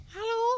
Hello